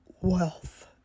wealth